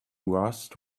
rust